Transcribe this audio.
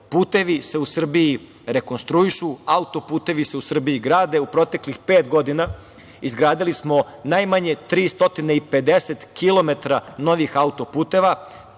putevi se u Srbiji rekonstruišu, autoputevi se u Srbiji grade.U proteklih pet godina izgradili smo najmanje 350km novih autoputeva.